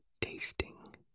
tasting